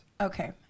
Okay